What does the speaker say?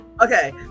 Okay